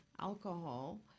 alcohol